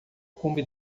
cume